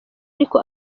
ariko